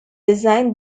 design